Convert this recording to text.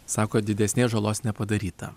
sakot didesnės žalos nepadaryta